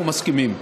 אנחנו מסכימים.